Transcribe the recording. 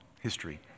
history